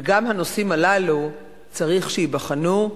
וגם הנושאים הללו צריך שייבחנו,